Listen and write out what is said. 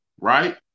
right